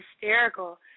hysterical